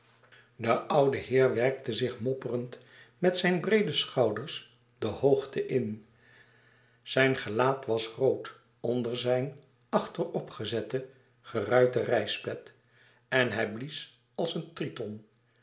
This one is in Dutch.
de oude heer werkte zich mopperend met zijne breede schouders de hoogte in zijn gelaat was rood onder zijn achterop gezette geruiten reispet en hij blies als een triton